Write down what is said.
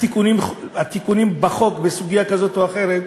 התיקונים בחוק בסוגיה כזאת או אחרת,